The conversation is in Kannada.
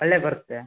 ಒಳ್ಳೆ ಬರುತ್ತೆ